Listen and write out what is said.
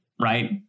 Right